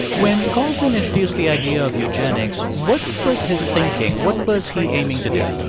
when galton introduced the idea of eugenics, what was his thinking? what was he aiming to do?